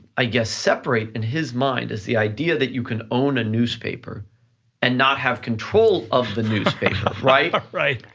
i guess separate in his mind is the idea that you can own a newspaper and not have control of the newspaper, right? right.